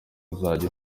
uzajya